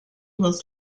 was